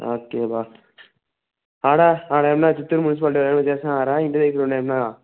okay బా అక్కడ అక్కడ ఏమన్నా చిత్తూరు మున్సిపాలిటీ ఏమైనా చేస్తున్నారా ఇంటిదగ్గర ఉండి ఏమన్నా